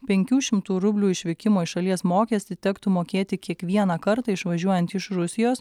penkių šimtų rublių išvykimo iš šalies mokestį tektų mokėti kiekvieną kartą išvažiuojant iš rusijos